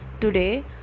today